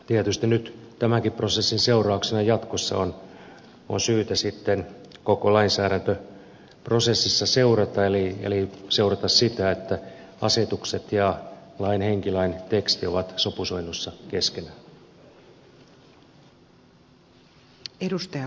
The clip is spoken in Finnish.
tietysti nyt tämänkin prosessin seurauksena jatkossa on syytä sitten koko lainsäädäntöprosessissa seurata sitä että asetukset ja lain henki lain teksti ovat sopusoinnussa keskenään